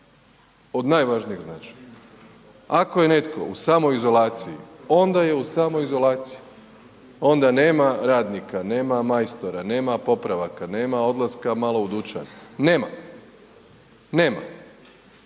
Od najvažnijeg značaja. Ako je netko u samoizolaciji, onda je u samoizolaciji. Onda nema radnika, nema majstora, nema popravaka, nema odlaska malo u dućan, nema. Nema.